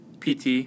PT